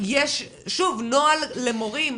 יש נוהל למורים,